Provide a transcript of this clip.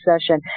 session